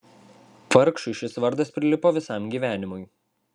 vargšui šis vardas prilipo visam gyvenimui